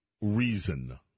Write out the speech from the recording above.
reason